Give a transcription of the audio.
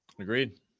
Agreed